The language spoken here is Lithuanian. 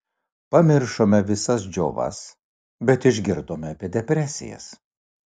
pamiršome visas džiovas bet išgirdome apie depresijas